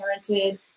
parented